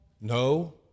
No